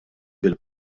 bil